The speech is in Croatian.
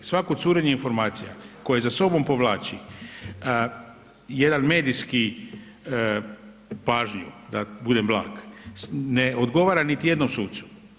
Svako curenje informacija koje za sobom povlači jedan medijski pažnju, da budem blag, ne odgovara ni jednom sucu.